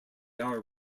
are